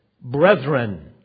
brethren